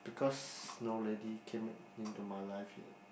because no lady came in into my life yet